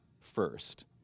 first